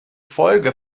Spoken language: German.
folge